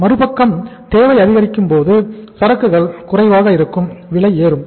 மறுபக்கம் தேவை அதிகரிக்கும் போது சரக்குகள் குறைவாக இருக்கும் விலை ஏறும்